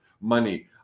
money